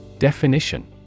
Definition